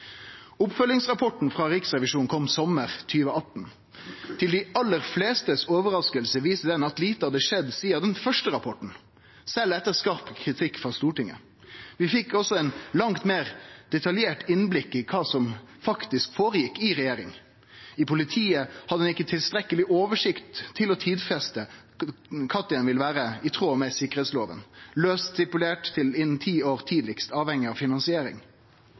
Oppfølgingsrapporten frå Riksrevisjonen kom sommaren 2018. Til overrasking for dei fleste viste han at lite hadde skjedd sidan den første rapporten, sjølv etter skarp kritikk frå Stortinget. Vi fekk også eit langt meir detaljert innblikk i kva som faktisk gjekk føre seg i regjeringa. I politiet hadde ein ikkje tilstrekkeleg oversikt til å tidfeste når ein ville vere i tråd med sikkerheitsloven – laust stipulert til innan ti år, tidlegast, avhengig av finansiering.